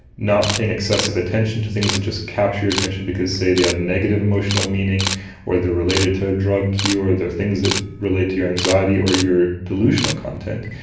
not paying excessive attention to things that just capture your attention because, say, they have negative emotional meaning or they are related to a drug cue or they are things that relate to your anxiety or your delusional content.